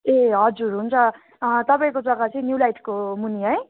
ए हजुर हुन्छ तपाईँको जग्गा चाहिँ न्यु लाइटको मुनि है